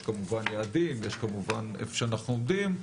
יש כמובן יעדים, יש כמובן איפה שאנחנו עומדים,